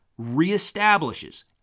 reestablishes